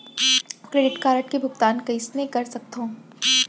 Credit card के भुगतान कइसने कर सकथो?